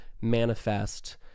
manifest